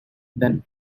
than